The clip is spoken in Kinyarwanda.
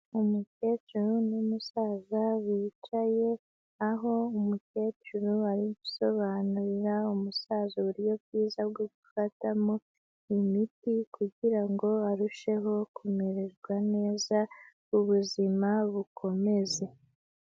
Umukecuru n'umusaza bicaye, aho umukecuru arimo gusobanurira umusaza uburyo bwiza bwo gufatamo imiti, kugira ngo arusheho kumererwa neza ubuzima bukomeze.